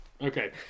Okay